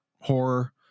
horror